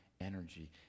energy